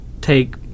take